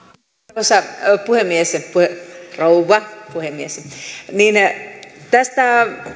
arvoisa rouva puhemies tästä